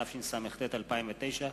התשס"ט 2009,